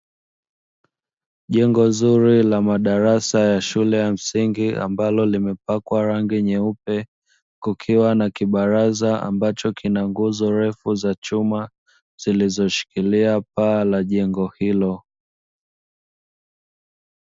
Jengo zuri la madarasa ya shule ya msingi ambalo limepakwa rangi nyeupe, kukiwa na kibaraza ambacho kina nguzo refu za chuma zilizoshikilia paa la jengo hilo.